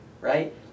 right